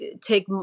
take